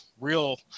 real